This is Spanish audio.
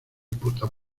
puta